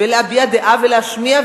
להביע דעה ולהשמיע,